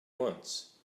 once